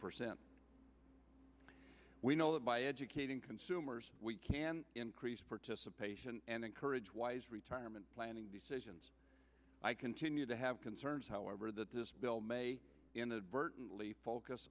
percent we know that by educating consumers we can increase participation and encourage wise retirement planning decisions i continue to have concerns however that this bill may inadvertently